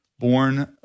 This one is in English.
Born